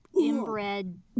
inbred